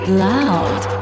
loud